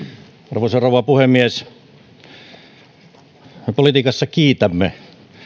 arvoisa rouva puhemies me politiikassa kiitämme